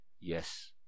Yes